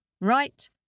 Right